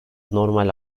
normal